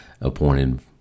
appointed